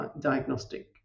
diagnostic